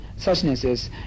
suchnesses